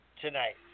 tonight